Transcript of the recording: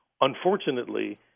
unfortunately